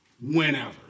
whenever